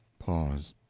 pause.